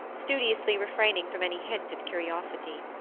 studiously refraining from any hint of curiosity.